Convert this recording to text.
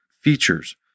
features